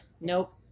Nope